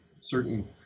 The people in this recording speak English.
certain